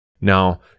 Now